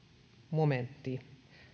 momentti